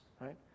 right